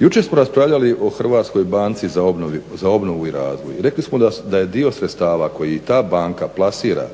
Jučer smo raspravljali o HBOR-u i rekli smo da je dio sredstava koji ta banka plasira